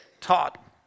taught